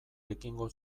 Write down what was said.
ekingo